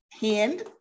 hand